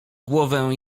głowę